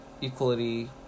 equality